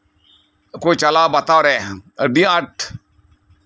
ᱪᱟᱞᱟᱣ ᱵᱟᱛᱟᱣᱨᱮ ᱟ ᱰᱤ ᱟᱸᱴ